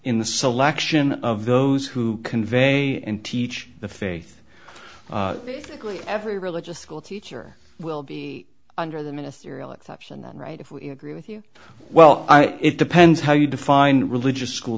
in the selection of those who convey and teach the faith every religious school teacher will be under the ministerial exception all right if we agree with you well it depends how you define religious school